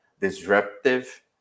disruptive